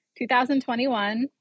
2021